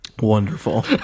Wonderful